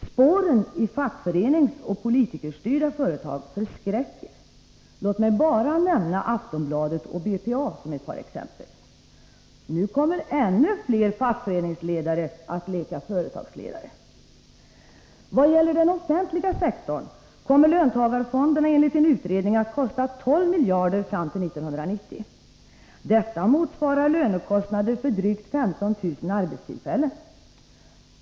Spåren i fackföreningsoch politikerstyrda företag förskräcker. Låt mig bara nämna Aftonbladet och BPA som ett par exempel. Nu kommer ännu fler fackföreningsledare att leka företagsledare! När det gäller den offentliga sektorn kommer löntagarfonderna enligt en utredning att kosta 12 miljarder fram till 1990. Detta motsvarar lönekostnader för drygt 15 000 arbetstillfällen.